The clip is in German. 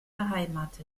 beheimatet